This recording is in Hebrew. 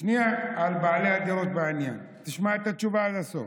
שנייה, תשמע את התשובה עד הסוף.